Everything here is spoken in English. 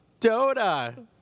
Dota